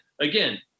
again